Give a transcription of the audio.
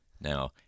Now